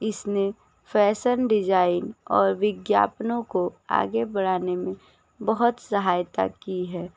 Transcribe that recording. इसने fashion design और विज्ञापनों को आगे बढ़ाने में बहुत सहायता की है